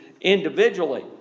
individually